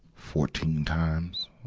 fourteen times.